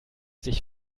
sich